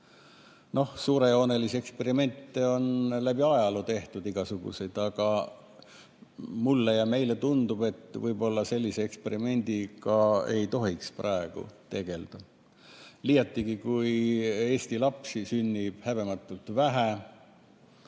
Suurejoonelisi eksperimente on läbi ajaloo tehtud igasuguseid, aga mulle ja meile tundub, et võib-olla sellise eksperimendiga ei tohiks praegu tegelda. Liiatigi, kui eesti lapsi sünnib häbematult vähe,